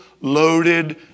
loaded